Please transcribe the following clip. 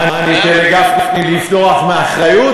מה, אני אתן לגפני לברוח מאחריות?